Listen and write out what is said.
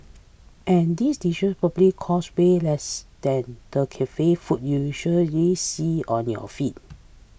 and these dishes probably cost way less than the cafe food you usually see on your feed